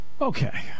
Okay